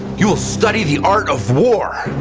you will study the art of war!